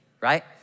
right